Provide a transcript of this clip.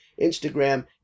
Instagram